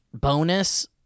Bonus